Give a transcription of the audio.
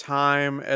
time